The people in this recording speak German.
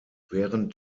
während